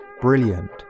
brilliant